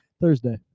Thursday